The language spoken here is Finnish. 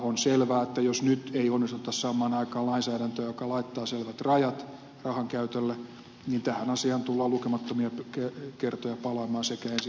on selvää että jos nyt ei onnistuta saamaan aikaan lainsäädäntöä joka laittaa selvät rajat rahankäytölle niin tähän asiaan tullaan lukemattomia kertoja palaamaan sekä ensi vaalitaistelussa että sen jälkeen